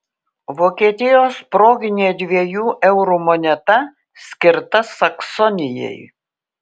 vokietijos proginė dviejų eurų moneta skirta saksonijai